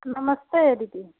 नमस्ते दीदी